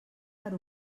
per